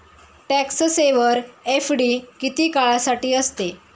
Tax saver FD किती काळासाठी असते?